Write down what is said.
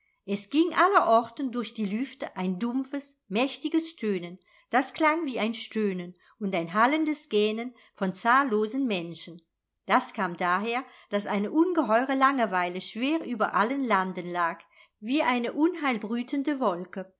es ging allerorten durch die lüfte ein dumpfes mächtiges tönen das klang wie ein stöhnen und ein hallendes gähnen von zahllosen menschen das kam daher daß eine ungeheure langeweile schwer über allen landen lag wie eine unheilbrütende wolke